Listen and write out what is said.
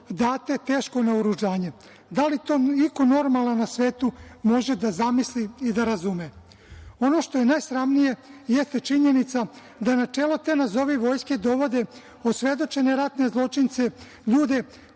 date teško naoružanje. Da li to iko normalan na svetu može da zamisli i da razume? Ono što je najsramnije jeste činjenica da na čelo te nazovi vojske dovode osvedočene ratne zločince, ljude